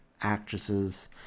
actresses